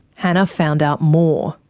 hannah found out more.